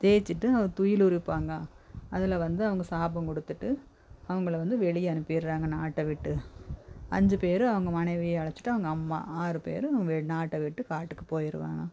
ஜெயிச்சிவிட்டு துயில் உரிப்பாங்க அதில் வந்து அவங்க சாபம் கொடுத்துட்டு அவங்கள வந்து வெளியே அனுப்பிறாங்க நாட்டை விட்டு அஞ்சு பேரும் அவங்க மனைவியை அழச்சிட்டு அவங்க அம்மா ஆறு பேரும் வே நாட்டை விட்டு காட்டுக்கு போயிருவாங்க